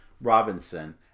Robinson